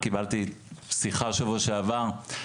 קיבלתי שיחה בשבוע שעבר,